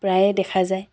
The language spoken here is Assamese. প্ৰায়ে দেখা যায়